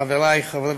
חברי חברי